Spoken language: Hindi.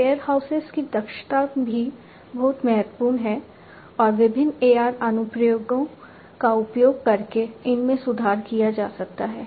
वेयरहाउसेस की दक्षता भी बहुत महत्वपूर्ण है और विभिन्न AR अनुप्रयोगों का उपयोग करके इनमें सुधार किया जा सकता है